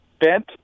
bent